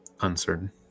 Uncertain